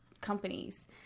companies